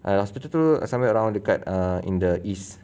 err hospital tu somewhere around dekat err in the east